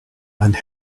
and